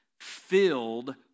filled